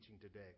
today